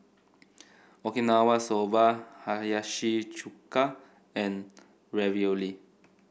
Okinawa Soba Hiyashi Chuka and Ravioli